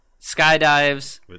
Skydives